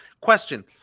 question